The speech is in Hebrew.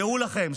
דעו לכם,